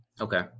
Okay